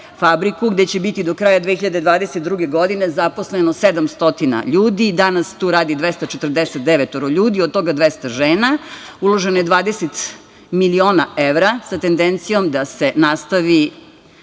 fabriku, gde će biti do kraja 2022. godine zaposleno 700 ljudi. Danas tu radi 249 ljudi, od toga 200 žena. Uloženo je 20 miliona evra sa tendencijom da se nastavi